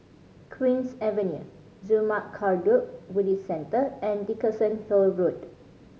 Queen's Avenue Zurmang Kagyud Buddhist Centre and Dickenson Hill Road